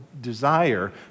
desire